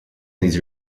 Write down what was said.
these